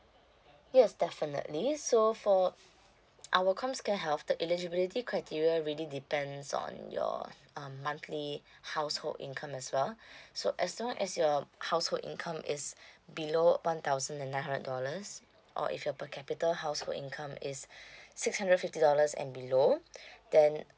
yes definitely so for our coms care help the eligibility criteria really depends on your um monthly household income as well so as long as your household income is below one thousand and nine hundred dollars or if your per capita household income is six hundred fifty dollars and below then